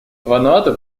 вануату